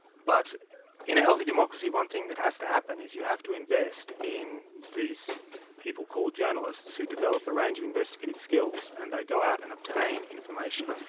but in a healthy democracy one thing that has to happen is you have to invest in these people called journalists, who develop a range of investigative skills, and they go out and obtain information.